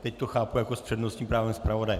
Teď to chápu jako s přednostním právem zpravodaje.